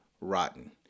rotten